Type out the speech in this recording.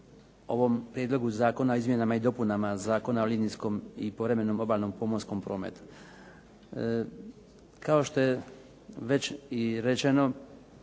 ovom Prijedlogu zakona o izmjenama i dopunama Zakona o linijskom i povremenom obalnom pomorskom prometu. Kao što je već i rečeno